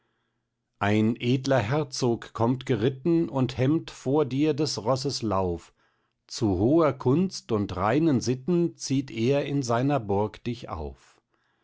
ein edler herzog kommt geritten und hemmt vor dir des rosses lauf zu hoher kunst und reinen sitten zieht er in seiner burg dich auf